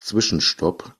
zwischenstopp